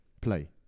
Play